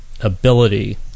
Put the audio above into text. ability